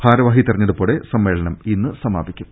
ഭാരവാഹി തെരഞ്ഞെടുപ്പോടെ സമ്മേളനം ഇന്ന് സമാപിക്കും